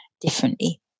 differently